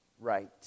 ...right